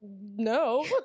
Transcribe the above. no